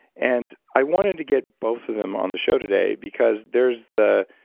and i wanted to get both of them on the show today because there's the,